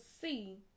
see